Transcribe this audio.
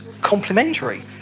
complementary